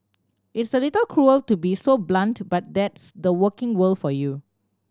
it's a little cruel to be so blunt but that's the working world for you